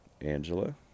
angela